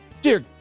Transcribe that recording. Dear